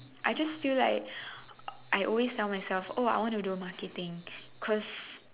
I just feel like I always tell myself oh I want to do marketing cause